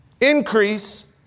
increase